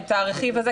את הרכיב הזה,